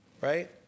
Right